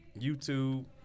YouTube